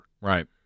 Right